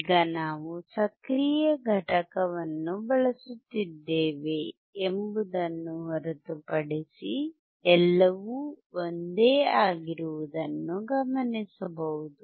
ಈಗ ನಾವು ಸಕ್ರಿಯ ಘಟಕವನ್ನು ಬಳಸುತ್ತಿದ್ದೇವೆ ಎಂಬುದನ್ನು ಹೊರತುಪಡಿಸಿ ಎಲ್ಲವೂ ಒಂದೇ ಆಗಿರುವುದನ್ನು ಗಮನಿಸಬಹುದು